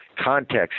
context